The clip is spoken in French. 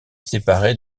séparée